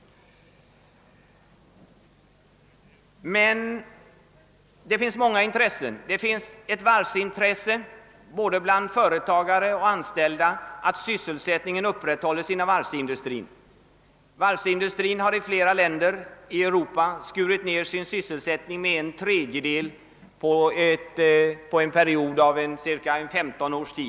Men det finns många intressen. Både bland företagare och anställda finns intresse av att sysselsättningen upprätthålles inom varvsindustrin, som i flera av Europas länder skurit ned sysselsättningen med en tredjedel under en period av cirka 15 år.